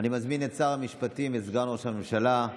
אני מזמין את שר המשפטים וסגן ראש הממשלה,